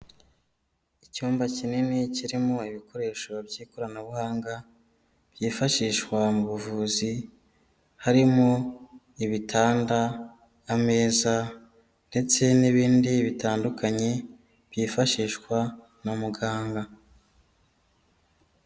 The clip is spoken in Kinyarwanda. Icyumba kinini kirimo ibikoresho by'ikoranabuhanga byifashishwa mu buvuzi harimo ibitanda, ameza, ndetse n'ibindi bitandukanye byifashishwa na muganga.